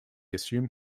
assumed